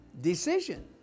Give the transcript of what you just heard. decision